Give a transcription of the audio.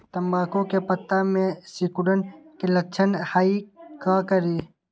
तम्बाकू के पत्ता में सिकुड़न के लक्षण हई का करी?